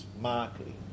marketing